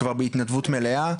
כבר בהתנדבות מלאה.